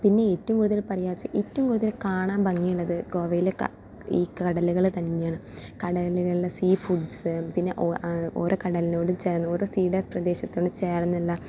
പിന്നെ ഏറ്റവും കൂടുതൽ പറയാച്ചാൽ ഏറ്റവും കൂടുതൽ കാണാൻ ഭംഗിയുള്ളത് ഗോവയിലെ ക ഈ കടലുകൾ തന്നെയാണ് കടലുകളിലെ സീ ഫുഡ്സ് പിന്നെ ഒ ഒരോ കടലിനോട് ചേർന്ന് ഓരോ സീയുടെ പ്രദേശത്തോട് ചേർന്നുള്ള